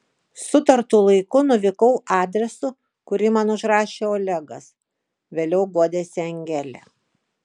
sutartu laiku nuvykau adresu kurį man užrašė olegas vėliau guodėsi angelė